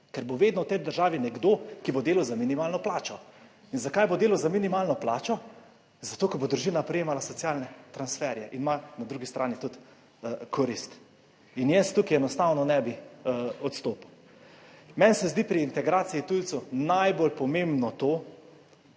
ker bo vedno v tej državi nekdo, ki bo delal za minimalno plačo. Zakaj bo delal za minimalno plačo, zato, ker bo družina prejemala socialne transferje, ima na drugi strani tudi korist? Jaz tukaj enostavno ne bi odstopil. Meni se zdi pri integraciji tujcev najbolj pomembno to,